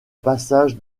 passage